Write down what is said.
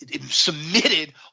submitted